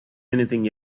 anything